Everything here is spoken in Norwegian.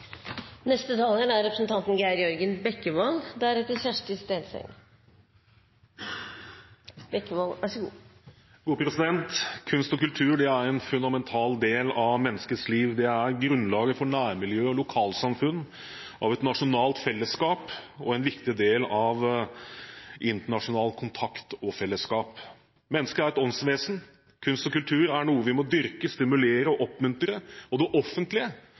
Kunst og kultur er en fundamental del av menneskets liv. Det er grunnlaget for nærmiljø og lokalsamfunn, et nasjonalt fellesskap og en viktig del av internasjonal kontakt og fellesskap. Mennesket er et åndsvesen. Kunst og kultur er noe vi må dyrke, stimulere og oppmuntre. Det offentlige